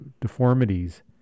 deformities